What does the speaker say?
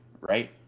right